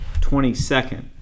22nd